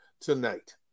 tonight